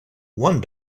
one